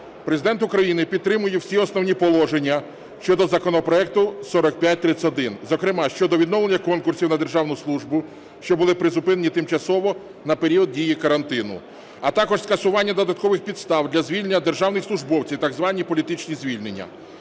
Президент України підтримує всі основні положення щодо законопроекту 4531, зокрема щодо відновлення конкурсів на державну службу, що були призупинені тимчасово на період дії карантину, а також скасування додаткових підстав для звільнення державних службовців, так звані політичні звільнення.